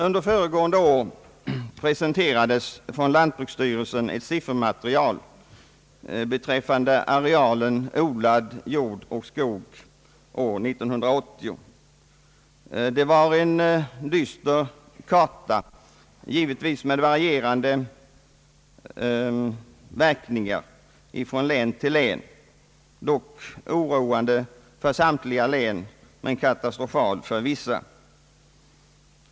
Under föregående år presenterade lantbruksstyrelsen ett siffermaterial beträffande arealen odlad jord och skog år 1980. Det var en dyster sammanställning, givetvis varierande från län till län — oroande beträffande samtliga län men katastrofal i fråga om vissa.